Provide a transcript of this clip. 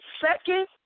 second